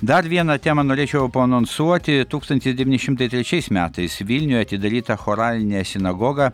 dar vieną temą norėčiau paanonsuoti tūkstantis devyni šimtai trečiais metais vilniuje atidaryta choralinė sinagoga